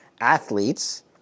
athletes